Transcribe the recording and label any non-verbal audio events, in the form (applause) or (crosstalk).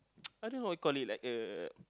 (noise) I don't know what you call it like uh